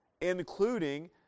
including